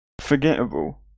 forgettable